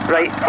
Right